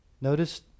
Notice